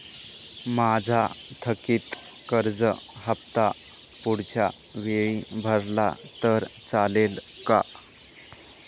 माझा थकीत कर्ज हफ्ता पुढच्या वेळी भरला तर चालेल का?